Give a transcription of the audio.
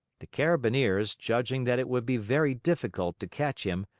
the carabineers, judging that it would be very difficult to catch him,